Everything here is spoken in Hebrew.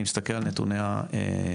אני מסתכל על נתוני ההשקעה.